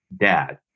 dad